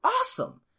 awesome